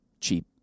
cheap